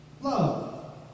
Love